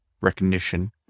recognition